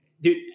Dude